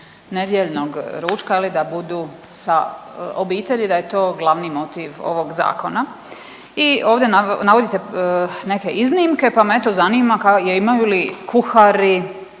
nedjeljnog ručka da budu sa obitelji, da je to glavni motiv ovog zakona i ovdje navodite neke iznimke, pa me eto zanima kao imaju li kuhari,